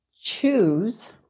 choose